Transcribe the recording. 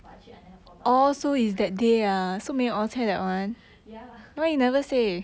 oh so is that there are so many outside that one yeah why you never say